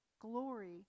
glory